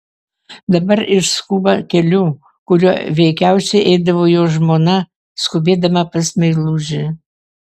dabar jis skuba keliu kuriuo veikiausiai eidavo jo žmona skubėdama pas meilužį